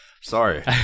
Sorry